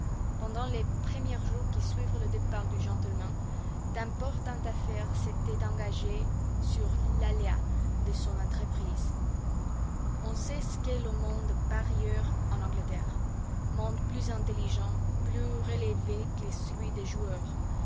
pendant les premiers jours qui suivirent le départ du gentleman d'importantes affaires s'étaient engagées sur l'aléa de son entreprise on sait ce qu'est le monde des parieurs en angleterre monde plus intelligent plus relevé que celui des joueurs